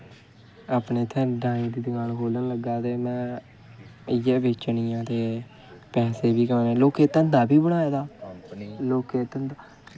अपने इत्थै ड्राइंग दी दकान खोलन लगा ते में इत्थै इ'यै बेचनियां ते पैसे बी कमाने ते लोकें धंधा बी बनाए दा